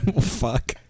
fuck